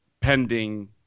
pending